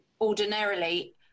ordinarily